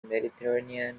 mediterranean